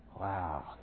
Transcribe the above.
Wow